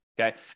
okay